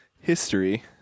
history